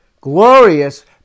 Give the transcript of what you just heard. glorious